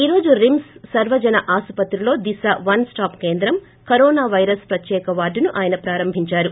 ఈ రోజు రిమ్ప సర్వజన ఆసుపత్రిలో దిశ వన్స్టాప్ కేంద్రం కరోనా పైరస్ ప్రుతేక వార్టును ఆయన ప్రారంభిందారు